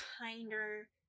kinder